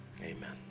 Amen